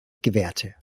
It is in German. gewährte